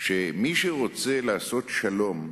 שמי שרוצה לעשות שלום,